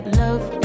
love